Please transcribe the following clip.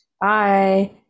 bye